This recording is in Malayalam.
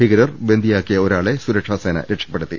ഭീക രർ ബന്ദിയാക്കിയ ഒരാളെ സുരക്ഷാസേന രക്ഷപ്പെടുത്തി